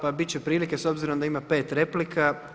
Pa biti će prilike s obzirom da ima 5 replika.